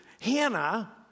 Hannah